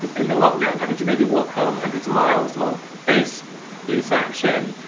in the lockdown, having to maybe walk home hundreds of miles, or face police action.